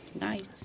Nice